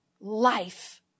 Life